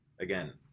again